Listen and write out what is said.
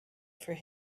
for